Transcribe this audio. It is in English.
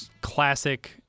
classic